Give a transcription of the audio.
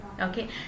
Okay